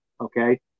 okay